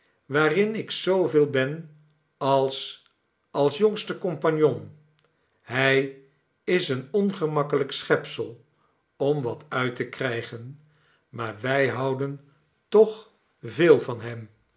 waarin ik zooveel ben als als jongste compagnon hij is een ongemakkelijk schepsel om wat uit te krijgen maar wij houden toch veel van hem